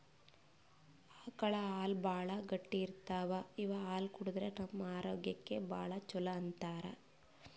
ಆಕಳ್ ಹಾಲ್ ಭಾಳ್ ಗಟ್ಟಿ ಇರ್ತವ್ ಇವ್ ಹಾಲ್ ಕುಡದ್ರ್ ನಮ್ ಆರೋಗ್ಯಕ್ಕ್ ಭಾಳ್ ಛಲೋ ಅಂತಾರ್